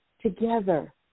Together